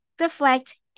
reflect